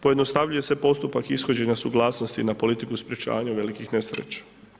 Pojednostavljuje se postupak ishođenja suglasnosti na politiku i sprječavanje velikih nesreća.